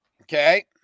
okay